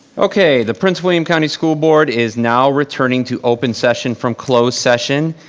okay, the prince william county school board is now returning to open session from closed session.